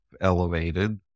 elevated